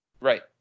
Right